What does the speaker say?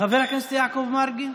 חבר הכנסת יעקב מרגי,